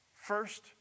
First